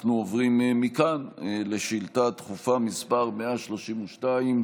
אנחנו עוברים מכאן לשאילתה דחופה מס' 132,